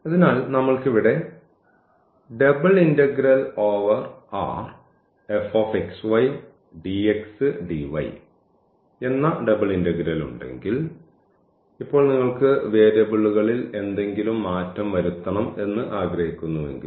അതിനാൽ നമ്മൾക്ക് ഇവിടെ എന്ന ഡബിൾ ഇന്റഗ്രൽ ഉണ്ടെങ്കിൽ ഇപ്പോൾ നിങ്ങൾക്ക് വേരിയബിളുകളിൽ എന്തെങ്കിലും മാറ്റം വരുത്തണംഎന്ന് ആഗ്രഹിക്കുന്നുവെങ്കിൽ